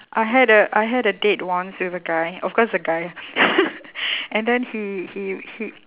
I had a I had a date once with a guy of course a guy and then he he he